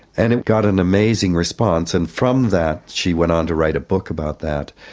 and it got an amazing response and from that she went on to write a book about that,